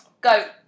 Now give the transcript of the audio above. go